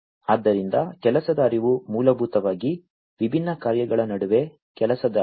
ಆದ್ದರಿಂದ ಕೆಲಸದ ಹರಿವು ಮೂಲಭೂತವಾಗಿ ವಿಭಿನ್ನ ಕಾರ್ಯಗಳ ನಡುವೆ ಕೆಲಸದ ಹರಿವು